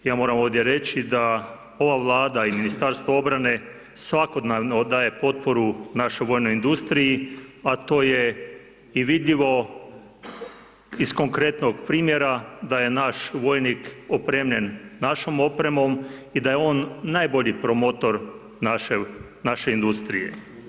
Ja moram ovdje reći da ova Vlada i Ministarstvo obrane svakodnevno daje potporu našoj vojnoj industriji a to je i vidljivo iz konkretnog primjera da je naš vojnik opremljen našom opremom i da je on najbolji promotor naše industrije.